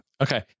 Okay